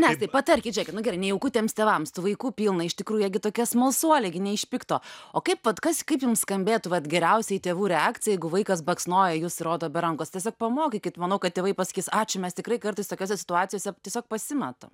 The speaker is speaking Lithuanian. nestai patarkit žėkit nu gerai nejauku tiems tėvams tų vaikų pilna iš tikrų jie gi tokie smalsuoliai gi ne iš pikto o kaip vat kas kaip jums skambėtų vat geriausiai tėvų reakcija jeigu vaikas baksnoja į jus rodo be rankos tiesiog pamokykit manau kad tėvai pasakys ačiū mes tikrai kartais tokiose situacijose tiesiog pasimetam